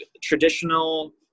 traditional